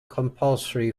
compulsory